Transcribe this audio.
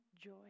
joy